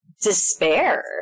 despair